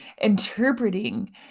interpreting